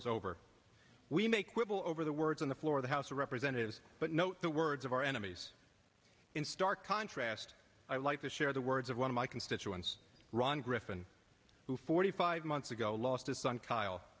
is over we may quibble over the words on the floor of the house of representatives but note the words of our enemies in stark contrast i like to share the words of one of my constituents ron griffin who forty five months ago lost a son kyle